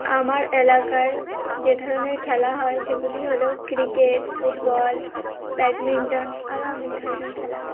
আমার এলাকায় যে ধরনের খেলা হয় সেগুলি হলো ক্রিকেট ফুটবল ব্যাডমিন্টন আরও অনেক ধরনের খেলা হয়